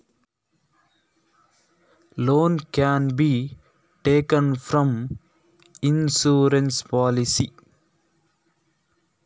Insurance policy ನಲ್ಲಿ ಸಾಲ ತೆಗೆಯಬಹುದ?